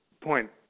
point